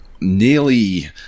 nearly